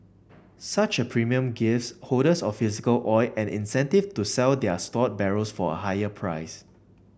such a premium gives holders of physical oil an incentive to sell their stored barrels for a higher price